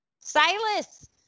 Silas